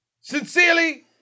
Sincerely